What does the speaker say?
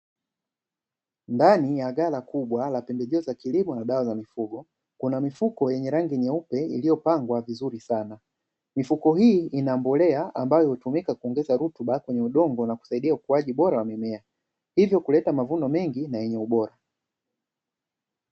Ndani ya ghala kubwa la pembejeo za kilimo na dawa za mifugo, kuna mifuko yenye rangi nyeupe iliyopangwa vizuri sana, mifuko hii ina mbolea, ambayo hutumika kuongeza rutuba kwenye udongo na kusaidia ukuaji bora wa mimea, hivyo kuleta mavuno mengi na yenye ubora.